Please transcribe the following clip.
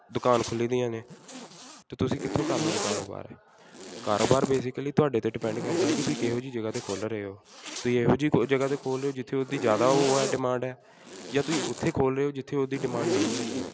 ਦੁਕਾਨ ਖੁੱਲ੍ਹਦੀਆਂ ਨੇ ਅਤੇ ਤੁਸੀਂ ਕਿੱਥੋਂ ਕਰ ਲਉਗੇ ਕਾਰੋਬਾਰ ਕਾਰੋਬਾਰ ਬੇਸਿਕਲੀ ਤੁਹਾਡੇ 'ਤੇ ਡਿਪੈਂਡ ਕਰਦਾ ਹੈ ਕਿ ਤੁਸੀਂ ਕਿਹੋ ਜਿਹੀ ਜਗ੍ਹਾ 'ਤੇ ਖੋਲ੍ਹ ਰਹੇ ਹੋ ਤੁਸੀਂ ਇਹੋ ਜਿਹੀ ਕੋਈ ਜਗ੍ਹਾ 'ਤੇ ਖੋਲ੍ਹ ਰਹੇ ਹੋ ਜਿੱਥੇ ਉਹਦੀ ਜ਼ਿਆਦਾ ਉਹ ਆ ਡਿਮਾਂਡ ਹੈ ਜਾਂ ਤੁਸੀਂ ਉੱਥੇ ਖੋਲ੍ਹ ਰਹੇ ਹੋ ਜਿੱਥੇ ਉਹਦੀ ਡਿਮਾਂਡ ਨਹੀਂ ਹੈਗੀ ਹੈ